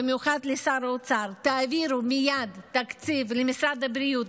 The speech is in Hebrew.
במיוחד לשר האוצר: תעבירו מייד תקציב למשרד הבריאות,